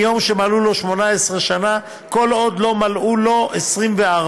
מיום שמלאו לו 18 שנה וכל עוד לא מלאו לו 24,